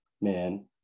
man